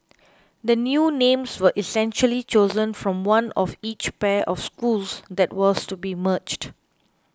the new names were essentially chosen from one of each pair of schools that was to be merged